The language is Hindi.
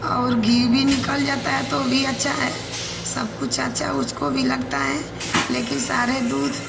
और घी भी निकल जाता है तो भी अच्छा है सबकुछ अच्छा उसको भी लगता है लेकिन सारे दूध